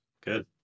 good